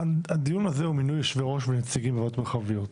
הדיון הזה הוא מינוי יושבי ראש ונציגים בוועדות מרחביות,